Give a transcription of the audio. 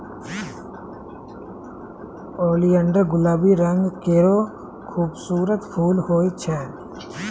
oleander गुलाबी रंग केरो खूबसूरत फूल होय छै